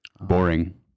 Boring